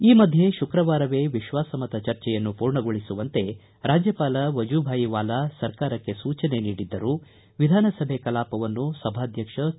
ಈ ಮಧ್ಯೆ ಶುಕ್ರವಾರವೇ ವಿಶ್ವಾಸಮತ ಚರ್ಚೆಯನ್ನು ಪೂರ್ಣಗೊಳಸುವಂತೆ ರಾಜ್ಯಪಾಲ ವಜೂಭಾಯಿವಾಲಾ ಸರ್ಕಾರಕ್ಕೆ ಸೂಚನೆ ನೀಡಿದ್ದರೂ ವಿಧಾನಸಭೆ ಕಲಾಪವನ್ನು ಸಭಾಧ್ವಕ್ಷ ಕೆ